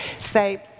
say